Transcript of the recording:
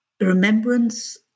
remembrance